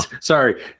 Sorry